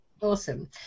Awesome